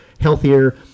healthier